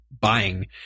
buying